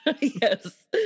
Yes